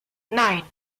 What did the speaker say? nine